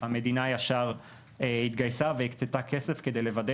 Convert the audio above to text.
המדינה ישר התגייסה והקצתה כסף כדי לוודא